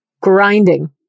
Grinding